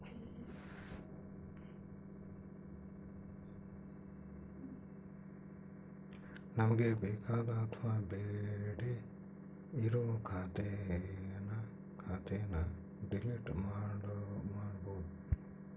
ನಮ್ಗೆ ಬೇಕಾದ ಅಥವಾ ಬೇಡ್ಡೆ ಇರೋ ಖಾತೆನ ಡಿಲೀಟ್ ಮಾಡ್ಬೋದು